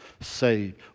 saved